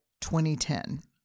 2010